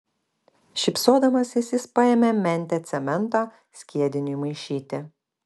šypsodamasis jis paėmė mentę cemento skiediniui maišyti